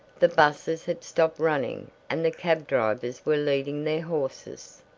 the busses had stopped running and the cab-drivers were leading their horses.